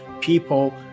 people